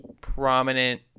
prominent